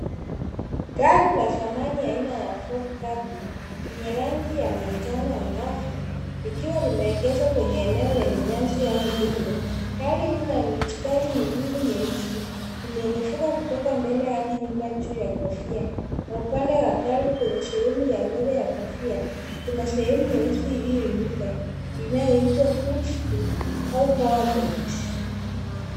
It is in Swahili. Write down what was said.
Gari la zamani ya aina ya Ford Capri yenye rangi ya manjano angavu likiwa limeegezwa kwenye eneo lenye nyasi au udongo. Gari hilo lina mistari miwili nyeusi, imerefuka kutoka mbele hadi nyuma juu ya kofia na upande wa gari kwenye sehemu ya mbele ya kofia kuna sehemu nyeusi iliyoinuka inayoitwa hood screw au powerbox .